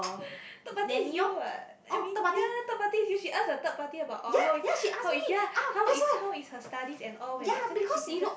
third party is you what I mean ya third party is you she ask a third party about orh how is how is ya how is how is her studies and all when actually she can just